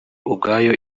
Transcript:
ubwayo